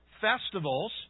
festivals